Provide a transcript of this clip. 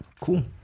Cool